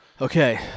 Okay